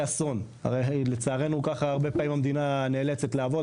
אסון הרי לצערנו ככה הרבה פעמים המדינה נאלצת לעבוד,